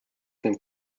can